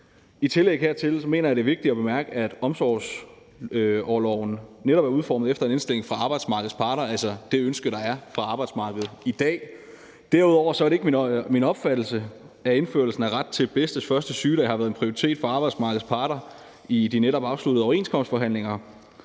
I tillæg hertil mener jeg, at det er vigtigt bemærke, at omsorgsorloven netop er udformet efter en indstilling fra arbejdsmarkedets parter, altså efter det ønske, der er fra arbejdsmarkedets parter i dag. Derudover er det ikke min opfattelse, at indførelsen af en ret til bedstes første sygedag har været en prioritet for arbejdsmarkedets parter i de netop afsluttede overenskomstforhandlinger;